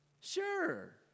Sure